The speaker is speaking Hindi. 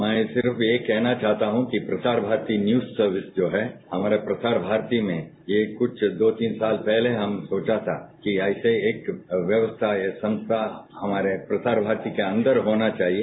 मैं सिर्फ यही कहना चाहता हूं कि प्रसार भारती न्यूज सर्विस जो है हमारा प्रसार भारती में ये कुछ दो तीन साल पहले हम सोचा था कि ऐसा एक व्यवस्था या संस्था हमारे प्रसार भारती के अंदर होना चाहिए